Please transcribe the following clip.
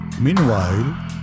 Meanwhile